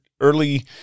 early